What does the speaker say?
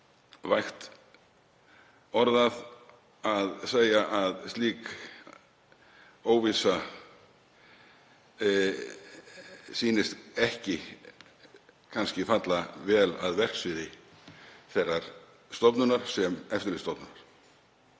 vægt orðað að segja að slík óvissa sýnist kannski ekki falla vel að verksviði þeirrar stofnunar sem eftirlitsstofnunar.